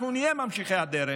אנחנו נהיה ממשיכי הדרך,